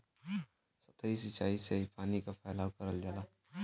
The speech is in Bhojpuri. सतही सिचाई से ही पानी क फैलाव करल जाला